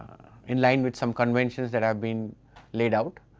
in-line with some conventions that have been laid out.